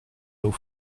nos